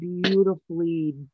beautifully